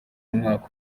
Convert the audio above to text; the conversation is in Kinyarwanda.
umwaka